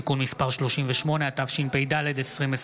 התשפ"ד 2024,